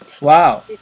wow